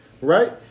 right